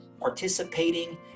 participating